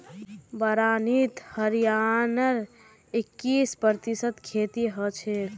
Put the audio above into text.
बारानीत हरियाणार इक्कीस प्रतिशत खेती हछेक